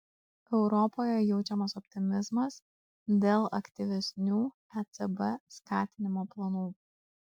europoje jaučiamas optimizmas dėl aktyvesnių ecb skatinimo planų